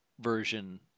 version